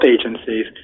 agencies